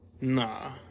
Nah